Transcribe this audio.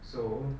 so